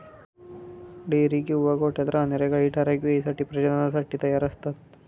dairy किंवा गोठ्यात राहणार्या गायी ठराविक वेळी प्रजननासाठी तयार असतात